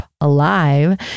alive